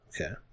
Okay